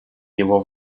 него